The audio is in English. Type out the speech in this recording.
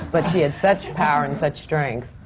but she had such power and such strength.